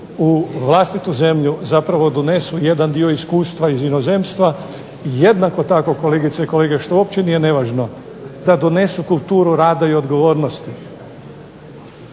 u vlastitu zemlju zapravo donesu jedan dio iskustva iz inozemstva, jednako tako kolegice i kolege što uopće nije nevažno da donesu kulturu rada i odgovornosti.